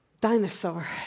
Dinosaur